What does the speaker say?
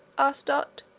asked dot.